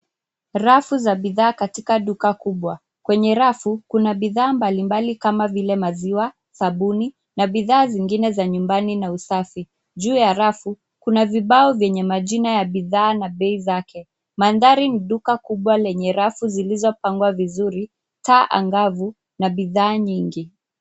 Rafu za bidhaa katika duka kubwa, kwenye rafu, kuna bidhaa mbalimbali kama vile, maziwa, sabuni na bidhaa zingine za nyumbani na usafi. Juu ya rafu kuna vibao vyenye majina ya bidhaa na bei zake. Mandhari ni duka kubwa lenye rafu zilizopangwa vizuri, taa angavu na bidhaa nyingi.